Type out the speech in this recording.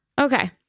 Okay